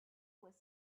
was